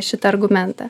šitą argumentą